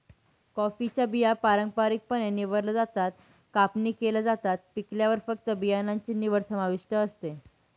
कॉफीच्या बिया पारंपारिकपणे निवडल्या जातात, कापणी केल्या जातात, पिकल्यावर फक्त बियाणांची निवड समाविष्ट असते